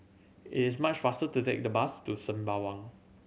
it is much faster to take the bus to Sembawang